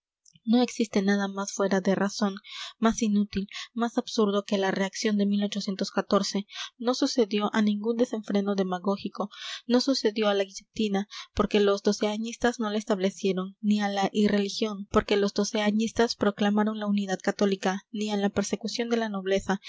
no existe nada más fuera de razón más inútil más absurdo que la reacción de no sucedió a ningún desenfreno demagógico no sucedió a la guillotina porque los doceañistas no la establecieron ni a la irreligión porque los doceañistas proclamaron la unidad católica ni a la persecución de la nobleza